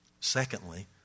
secondly